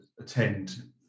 attend